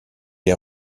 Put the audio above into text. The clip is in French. les